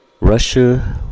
Russia